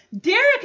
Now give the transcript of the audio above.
Derek